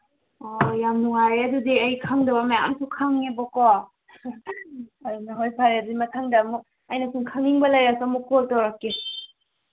ꯍꯣꯏ ꯌꯥꯝ ꯅꯨꯡꯉꯥꯏꯔꯦ ꯑꯗꯨꯗꯤ ꯑꯩ ꯈꯪꯗꯕ ꯃꯌꯥꯝꯁꯨ ꯈꯪꯉꯦꯕꯀꯣ ꯑꯗꯨꯅ ꯍꯣꯏ ꯐꯔꯦ ꯑꯗꯨꯗꯤ ꯃꯊꯪꯗ ꯑꯃꯨꯛ ꯑꯩꯅ ꯁꯨꯝ ꯈꯪꯅꯤꯡꯕ ꯂꯩꯔꯁꯨ ꯑꯃꯨꯛ ꯀꯣꯜ ꯇꯧꯔꯛꯀꯦ